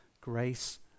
grace